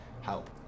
help